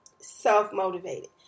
self-motivated